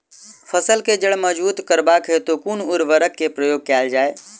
फसल केँ जड़ मजबूत करबाक हेतु कुन उर्वरक केँ प्रयोग कैल जाय?